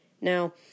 Now